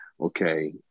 Okay